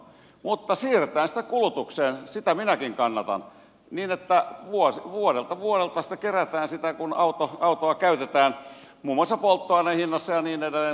mutta siirretään sitä kulutukseen sitä minäkin kannatan niin että vuosi vuodelta kerätään sitä kun autoa käytetään muun muassa polttoaineen hinnassa ja niin edelleen